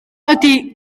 ydy